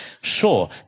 Sure